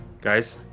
guys